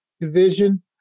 division